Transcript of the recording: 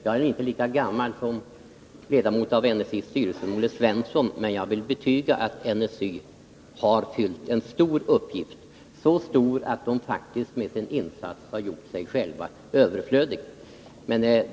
Jag är inte lika gammal som ledamot av NSI:s styrelse som Olle Svensson, men jag vill betyga att NSI har fullgjort en stor uppgift, så stor att nämnden har gjort sig själv överflödig.